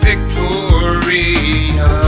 Victoria